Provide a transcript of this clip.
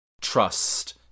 Trust